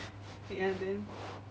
ya then